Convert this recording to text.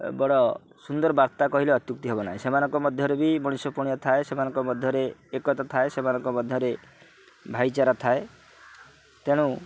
ବଡ଼ ସୁନ୍ଦର ବାର୍ତ୍ତା କହିଲେ ଅତ୍ୟୁକ୍ତି ହେବ ନାହିଁ ସେମାନଙ୍କ ମଧ୍ୟରେ ବି ମଣିଷ ପଣିଆ ଥାଏ ସେମାନଙ୍କ ମଧ୍ୟରେ ଏକତା ଥାଏ ସେମାନଙ୍କ ମଧ୍ୟରେ ଭାଇଚାରା ଥାଏ ତେଣୁ